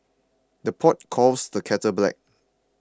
the pot calls the kettle black